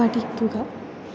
പഠിക്കുക